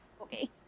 okay